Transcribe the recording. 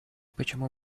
почему